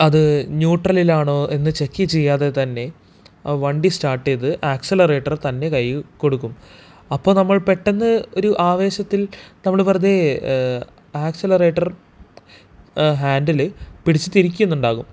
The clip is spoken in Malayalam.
അത് ന്യൂട്ട്രലിലാണോ എന്ന് ചെക്ക് ചെയ്യാതെ തന്നെ ആ വണ്ടി സ്റ്റാര്ട്ട് ചെയ്ത് ആക്സിലറേട്ടറ് തന്നെ കൈ കൊടുക്കും അപ്പോൾ നമ്മൾ പെട്ടന്ന് ഒരു ആവേശത്തിൽ നമ്മൾ വെറുതേ ആക്സിലറേട്ടർ ഹാൻഡില് പിടിച്ച് തിരിക്കുന്നുണ്ടാകും